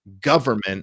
government